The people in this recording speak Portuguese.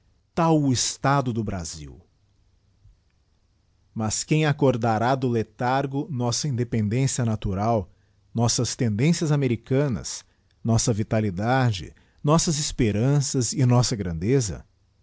tal o estado do brawjj mas quem acordará do letargo nossa independência natural nossas tendências americanas nossa vitalidade nossas esperanças e nossa grandeza